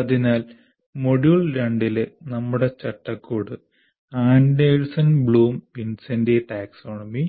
അതിനാൽ മൊഡ്യൂൾ 2 ലെ നമ്മുടെ ചട്ടക്കൂട് ആൻഡേഴ്സൺ ബ്ലൂം വിൻസെന്റി ടാക്സോണമി